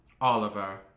Oliver